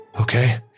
Okay